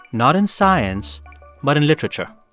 not in science but in literature.